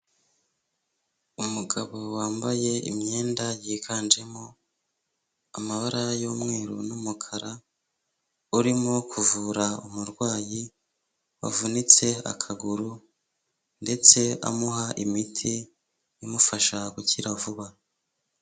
Umugabo wambaye imyenda yiganjemo, amabara y'umweru, n'umukara, urimo kuvura umurwayi wavunitse akaguru, ndetse amuha imiti imufasha gukira vuba.